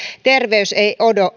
terveys ei